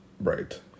right